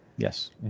Yes